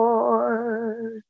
Lord